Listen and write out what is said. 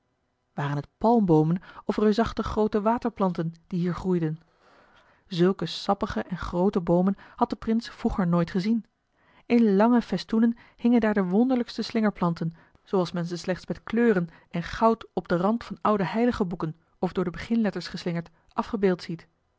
waren het palmboomen of reusachtig groote waterplanten die hier groeiden zulke sappige en groote boomen had de prins vroeger nooit gezien in lange festoenen hingen daar de wonderlijkste slingerplanten zooals men ze slechts met kleuren en goud op den rand van oude heiligenboeken of door de beginletters geslingerd afgebeeld ziet